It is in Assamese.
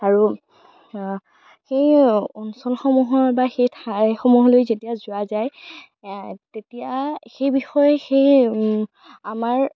আৰু সেই অঞ্চলসমূহৰ বা সেই ঠাই সমূহলৈ যেতিয়া যোৱা যায় তেতিয়া সেই বিষয়ে সেই আমাৰ